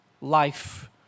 life